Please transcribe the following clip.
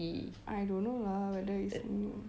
I don't know lah whether is it